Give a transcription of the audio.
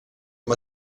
amb